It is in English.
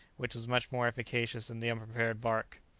which was much more efficacious than the unprepared bark.